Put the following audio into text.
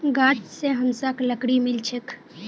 गाछ स हमसाक लकड़ी मिल छेक